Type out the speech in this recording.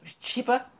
cheaper